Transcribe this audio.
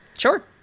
Sure